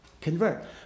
convert